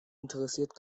interessiert